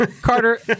Carter